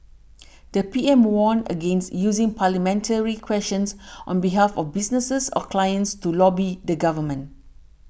the P M warned against using parliamentary questions on behalf of businesses or clients to lobby the government